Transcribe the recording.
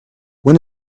when